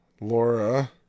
Laura